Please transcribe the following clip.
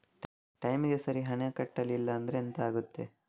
ಟೈಮಿಗೆ ಸರಿ ಹಣ ಕಟ್ಟಲಿಲ್ಲ ಅಂದ್ರೆ ಎಂಥ ಆಗುತ್ತೆ?